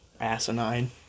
asinine